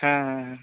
ᱦᱮᱸ ᱦᱮᱸ ᱦᱮᱸ